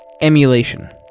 emulation